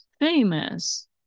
famous